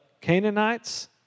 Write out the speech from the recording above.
Canaanites